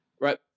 right